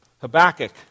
Habakkuk